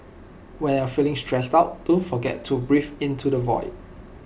when you are feeling stressed out don't forget to breathe into the void